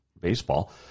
baseball